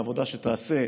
בעבודה שתעשה,